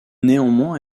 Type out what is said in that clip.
néanmoins